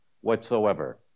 whatsoever